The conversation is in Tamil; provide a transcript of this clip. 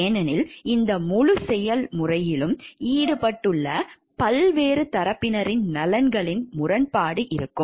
ஏனெனில் இந்த முழு செயல்முறையிலும் ஈடுபட்டுள்ள பல்வேறு தரப்பினரின் நலன்களின் முரண்பாடு இருக்கும்